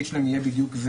היו גם: